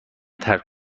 ترک